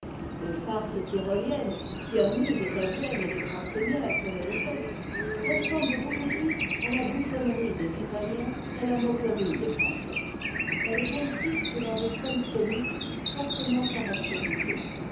les farces tyroliennes qui amusent à vienne les grands seigneurs comme le peuple ressemblent beaucoup plus à la bouffonnerie des italiens qu'à la moquerie des français elles consistent dans des scènes comiques fortement caractérisées